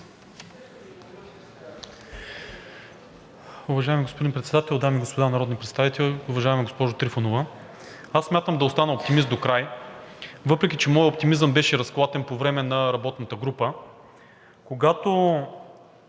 Уважаеми господин Председател, дами и господа народни представители! Уважаема госпожо Трифонова, смятам да остана оптимист докрай, въпреки че моят оптимизъм беше разклатен по време на работната група, когато